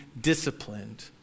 disciplined